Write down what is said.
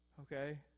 Okay